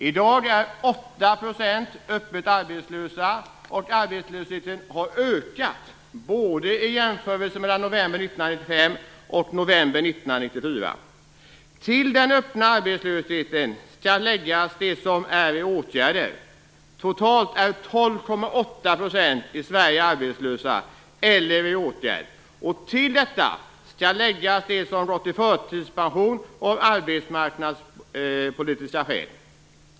I dag är 8 % öppet arbetslösa, och arbetslösheten har ökat i jämförelse med både november 1995 och november 1994. Till den öppna arbetslösheten skall läggas de som är i åtgärder. Totalt är 12,8 % i Sverige arbetslösa eller i åtgärd. Till detta skall läggas de som gått i förtidspension av arbetsmarknadspolitiska skäl.